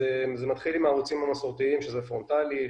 זה מתחיל עם הערוצים המסורתיים פרונטלי,